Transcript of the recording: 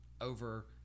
over